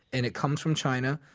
and it comes from china,